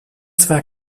zwar